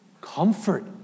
comfort